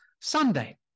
Sunday